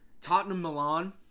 Tottenham-Milan